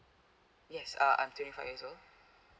yes uh I'm twenty five years old